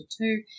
two